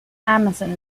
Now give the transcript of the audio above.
emerson